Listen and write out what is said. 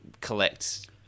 collect